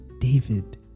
David